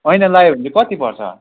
ऐना लायो भने चाहिँ कति पर्छ